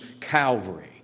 Calvary